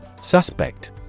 Suspect